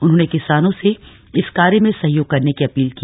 उन्होंने किसानों से इस कार्य में सहयोग करने की अपील की